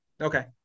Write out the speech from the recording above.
Okay